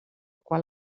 qual